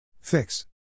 fix